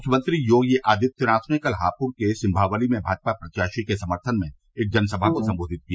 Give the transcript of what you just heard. मुख्यमंत्री योगी आदित्यनाथ ने कल हापड के सिंमावली में भाजपा प्रत्याशी के समर्थन में एक जनसभा को सम्बोधित किया